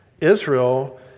Israel